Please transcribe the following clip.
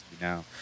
now